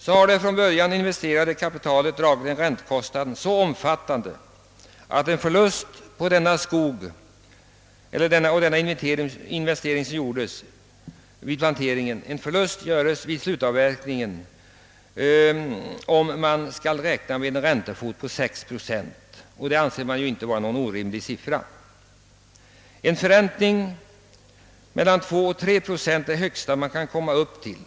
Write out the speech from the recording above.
Då har det från början investerade kapitalet dragit en räntekostnad som är så omfattande att en förlust på denna skog kommer att uppstå vid slutavverkningen. Jag har då räknat med en räntefot på 6 procent, vilket inte är någon orimlig siffra. En förräntning på mellan 2—3 procent är det högsta man kan komma upp till.